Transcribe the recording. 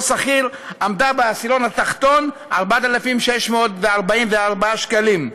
שכיר עמדה בעשירון התחתון על 4,644 שקלים,